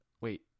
Wait